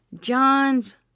John's